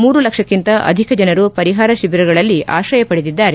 ಮೂರು ಲಕ್ಷಕ್ಕಿಂತ ಅಧಿಕ ಜನರು ಪರಿಹಾರ ಶಿಬಿರಗಳಲ್ಲಿ ಆಶ್ರಯ ಪಡೆದಿದ್ದಾರೆ